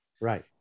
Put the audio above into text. Right